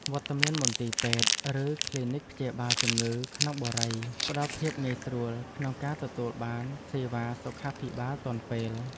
វត្តមានមន្ទីរពេទ្យឬគ្លីនិកព្យាបាលជំងឺក្នុងបុរីផ្តល់ភាពងាយស្រួលក្នុងការទទួលបានសេវាសុខាភិបាលទាន់ពេល។